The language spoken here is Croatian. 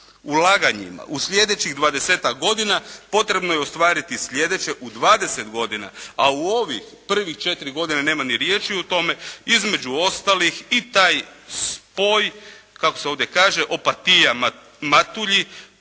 u sljedećih 20-tak godina potrebno je ostvariti sljedeće u 20 godina, a u ovih prvih četiri godine nema ni riječi o tome, između ostalog i taj spoj kako se ovdje kaže Opatija-Matulji